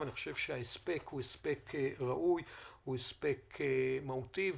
אני חושב שזה הספק ראוי, הספק מהותי.